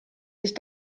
sich